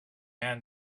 hand